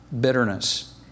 Bitterness